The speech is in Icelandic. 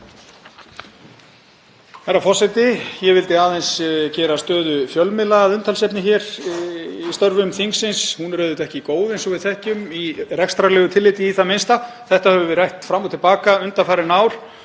Herra forseti. Ég vildi aðeins gera stöðu fjölmiðla að umtalsefni hér í störfum þingsins. Hún er auðvitað ekki góð, eins og við þekkjum, í rekstrarlegu tilliti í það minnsta. Þetta höfum við rætt fram og til baka undanfarin ár.